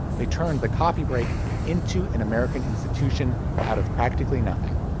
they turned the coffee break into an american institution out of practically nothing.